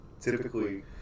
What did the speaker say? typically